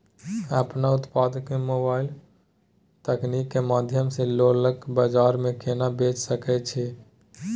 अपन उत्पाद के मोबाइल तकनीक के माध्यम से लोकल बाजार में केना बेच सकै छी?